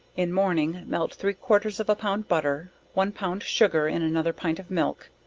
in morning, melt three quarters of a pound butter, one pound sugar, in another pint of milk,